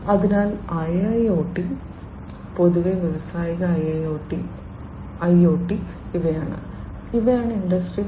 അതിനാൽ IIoT IoT പൊതുവെ വ്യാവസായിക IoT ഇവയാണ് ഇവയാണ് ഇൻഡസ്ട്രി 4